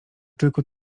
tylko